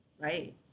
right